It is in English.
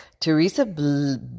Teresa